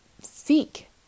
seek